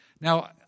Now